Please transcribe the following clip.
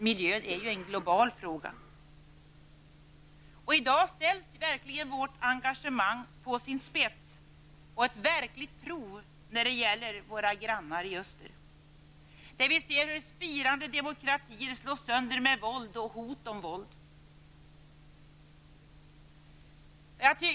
Miljön är ju en global fråga. I dag ställs verkligen vårt engagemang på sin spets och utsätts för ett verkligt prov när det gäller våra grannar i öster, där vi ser hur spirande demokratier slås sönder med våld och hot om våld.